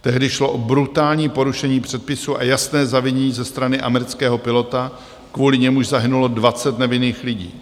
Tehdy šlo o brutální porušení předpisů a jasné zavinění ze strany amerického pilota, kvůli němuž zahynulo 20 nevinných lidí.